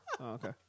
okay